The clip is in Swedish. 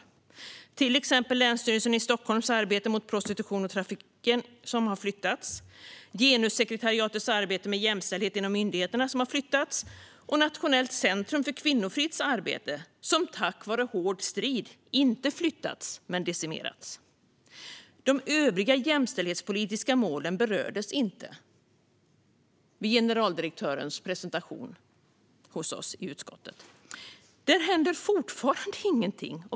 Det gäller till exempel Länsstyrelsen i Stockholms läns arbete mot prostitution och trafficking, som har flyttats, genussekretariatets arbete med jämställdhet inom myndigheterna, som har flyttats, och Nationellt centrum för kvinnofrids arbete, som dock tack vare hård strid inte flyttats men decimerats. De övriga jämställdhetspolitiska målen berördes inte vid generaldirektörens presentation hos oss i utskottet. Där händer fortfarande ingenting.